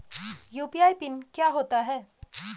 UPI PIN क्या होता है?